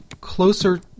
closer